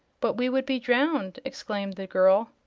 but we would be drowned! exclaimed the girl.